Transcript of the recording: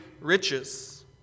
riches